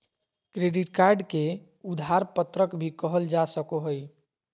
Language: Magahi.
क्रेडिट कार्ड के उधार पत्रक भी कहल जा सको हइ